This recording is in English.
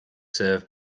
served